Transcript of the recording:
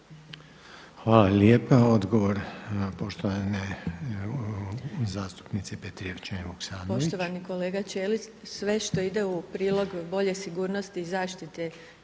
Hvala lijepa. Odgovor poštovane zastupnice Petrijevčanin Vuksanović.